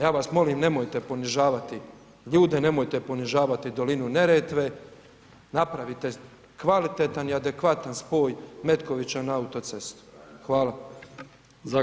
Ja vas molim nemojte ponižavati ljude, nemojte ponižavati dolinu Neretve, napravite kvalitetan i adekvatan spoj Metkovića na autocestu.